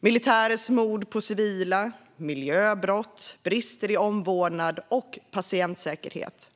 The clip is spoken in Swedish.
militärers mord på civila, miljöbrott och brister i omvårdnad och patientsäkerhet.